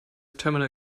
terminal